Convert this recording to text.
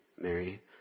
Mary